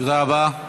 תודה רבה.